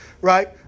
right